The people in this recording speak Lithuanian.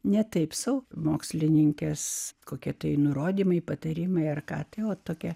ne taip sau mokslininkės kokie tai nurodymai patarimai ar katei o tokia